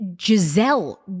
Giselle